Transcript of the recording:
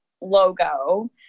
logo